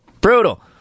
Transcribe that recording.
Brutal